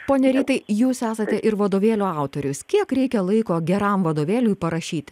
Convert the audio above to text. pone rytai jūs esate ir vadovėlio autorius kiek reikia laiko geram vadovėliui parašyti